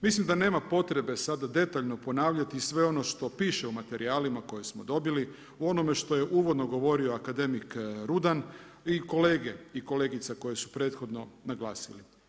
Mislim da nema potrebe sada detaljno ponavljati i sve ono što piše u materijalima koje smo dobili, u onome što je uvodno govorio akademik Rudan i kolege i kolegica koje su prethodno naglasili.